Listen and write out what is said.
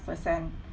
percent